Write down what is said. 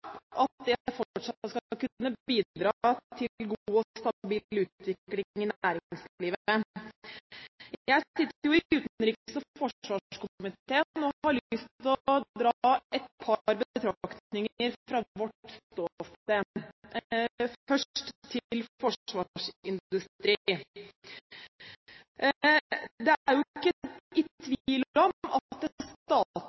til god og stabil utvikling i næringslivet. Jeg sitter i utenriks- og forsvarskomiteen og har lyst til å dra et par betraktninger fra vårt ståsted. Først til forsvarsindustrien: Det er ikke tvil om at det statlige eierskapet er viktig for de store bedriftene som tilhører forsvarsindustrien i